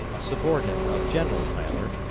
a subordinate of general tyler,